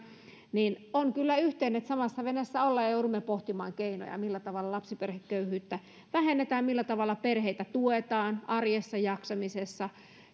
on kyllä niin että samassa veneessä olemme ja joudumme pohtimaan keinoja millä tavalla lapsiperheköyhyyttä vähennetään millä tavalla perheitä tuetaan arjessa jaksamisessa